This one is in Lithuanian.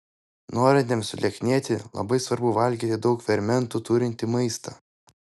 norintiems sulieknėti labai svarbu valgyti daug fermentų turintį maistą